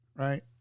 Right